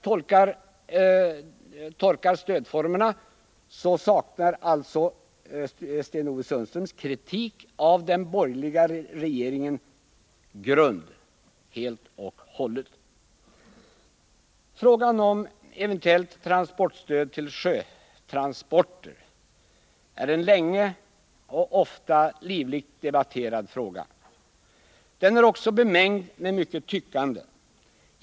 Som jag tolkar stödformerna finns det alltså ingen som helst grund för Sten-Ove Sundströms kritik av den borgerliga regeringens förslag i det här avseendet. Ett eventuellt transportstöd till sjötransporter är en länge och ofta livligt debatterad fråga. Den är också bemängd med mycket tyckande.